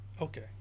Okay